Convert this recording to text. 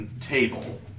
table